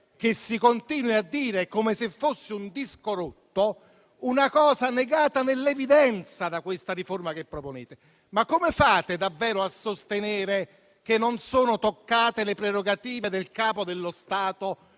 che si continui a dire, come se fosse un disco rotto, una cosa negata nell'evidenza da questa riforma che proponete: come fate davvero a sostenere che non sono toccate le prerogative del Capo dello Stato,